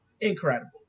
incredible